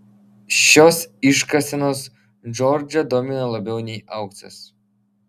šios iškasenos džordžą domino labiau nei auksas